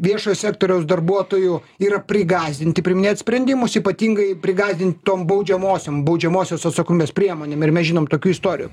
viešojo sektoriaus darbuotojų yra prigąsdinti priiminėt sprendimus ypatingai prigąsdinti tom baudžiamosiom baudžiamosios atsakomybės priemonėm ir mes žinom tokių istorijų